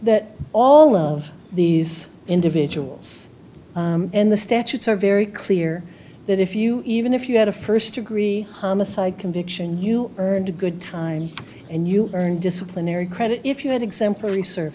that all of these individuals and the statutes are very clear that if you even if you had a first degree homicide conviction you earned a good time and you earned disciplinary credit if you had exemplary